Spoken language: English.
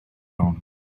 wrong